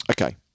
Okay